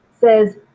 says